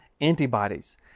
antibodies